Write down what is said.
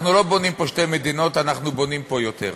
אנחנו לא בונים שתי מדינות, אנחנו בונים פה יותר.